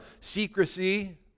secrecy